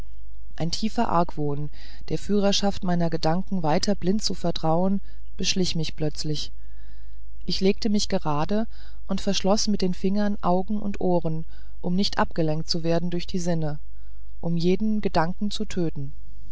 ein tiefer argwohn der führerschaft meiner gedanken weiter blind zu vertrauen beschlich mich plötzlich ich legte mich gerade und verschloß mit den fingern augen und ohren um nicht abgelenkt zu werden durch die sinne um jeden gedanken zu töten